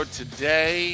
today